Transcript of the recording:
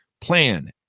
plan